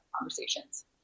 conversations